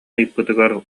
ыйыппытыгар